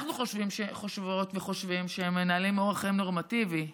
אנחנו חושבות וחושבים שהן מנהלות אורח חיים נורמטיבי,